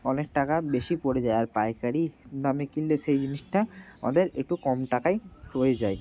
অনেক টাকা বেশি পড়ে যায় আর পাইকারি দামে কিনলে সেই জিনিসটা আমাদের একটু কম টাকায় হয়ে যায়